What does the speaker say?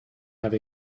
have